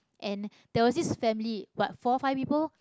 and there was this family about four five people